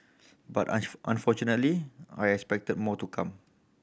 but unfortunately I expect more to come